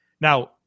Now